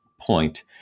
point